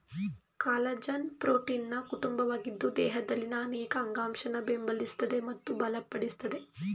collagen ಪ್ರೋಟೀನ್ನ ಕುಟುಂಬವಾಗಿದ್ದು ದೇಹದಲ್ಲಿನ ಅನೇಕ ಅಂಗಾಂಶನ ಬೆಂಬಲಿಸ್ತದೆ ಮತ್ತು ಬಲಪಡಿಸ್ತದೆ